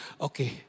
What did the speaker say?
okay